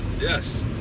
Yes